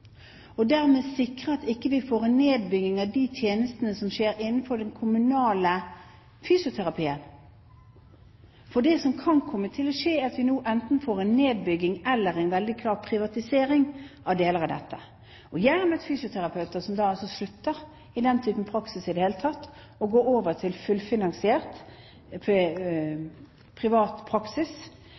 og dermed sikre at vi ikke får en nedbygging av de tjenestene som skjer innenfor den kommunale fysioterapien? For det som kan komme til å skje, er at vi nå enten får en nedbygging eller en veldig klar privatisering av deler av dette. Jeg har møtt fysioterapeuter som helt slutter i den typen praksis og går over til fullfinansiert privat praksis,